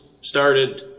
started